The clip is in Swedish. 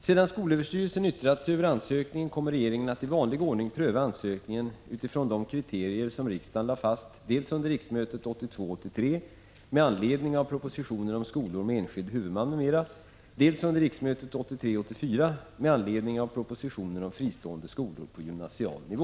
Sedan skolöverstyrelsen yttrat sig över ansökningen kommer regeringen i vanlig ordning att pröva ansökningen utifrån de kriterier som riksdagen lade fast dels under riksmötet 1982 83:1) om skolor med enskild huvudman m.m., dels under riksmötet 1983 84:118) om fristående skolor på gymnasial nivå.